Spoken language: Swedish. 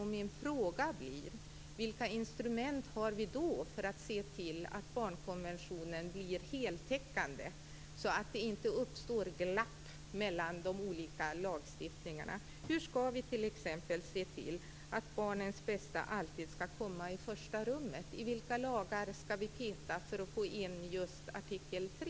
Min fråga blir: Vilka instrument har vi då för att se till att barnkonventionen blir heltäckande, så att det inte uppstår glapp mellan de olika lagstiftningarna? Hur skall vi t.ex. se till att barnens bästa alltid skall komma i första rummet? I vilka lagar skall vi peta för att få in just artikel 3?